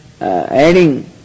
adding